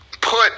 put